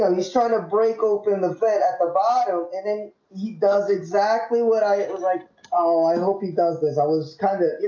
um he's trying to break open the fet at the bottom and then he does exactly what i it was like ah i hope he does this i was kind of you